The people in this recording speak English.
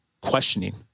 questioning